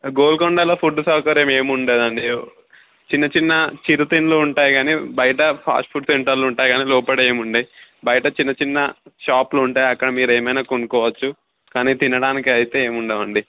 గోల్కొండలో food సౌకర్యం ఏమి ఉండడు అండి చిన్నచిన్న చిరు తిళ్ళు ఉంటాయి కానీ బయట ఫాస్ట్ఫుడ్ సెంటర్లు ఉంటాయి కానీ లోపల ఏమి ఉండవు బయట చిన్నచిన్న షాపులు ఉంటాయి అక్కడ మీరు ఏమైన కొనుకోవచ్చు కానీ తినడానికి అయితే ఏమి ఉండవు అండి